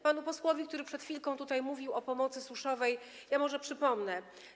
Panu posłowi, który przed chwilką mówił o pomocy suszowej, może przypomnę.